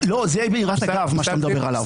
לא, זה בהערת אגב, מה שאתה מדבר עליו.